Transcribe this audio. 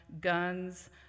guns